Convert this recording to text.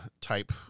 type